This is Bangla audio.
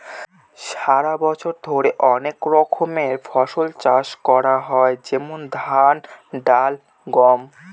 সারা বছর ধরে অনেক রকমের ফসল চাষ করা হয় যেমন ধান, ডাল, গম